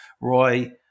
Roy